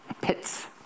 pits